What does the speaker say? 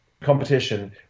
competition